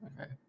Okay